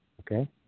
okay